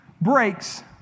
breaks